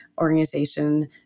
organization